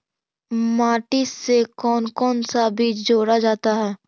माटी से कौन कौन सा बीज जोड़ा जाता है?